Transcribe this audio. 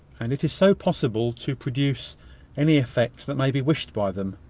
and it is so possible to produce any effect that may be wished by them!